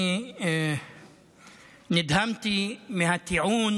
אני נדהמתי מהטיעון